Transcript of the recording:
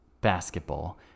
basketball